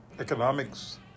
economics